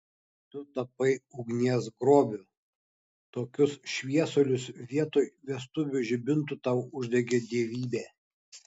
tu tapai ugnies grobiu tokius šviesulius vietoj vestuvių žibintų tau uždegė dievybė